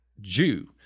Jew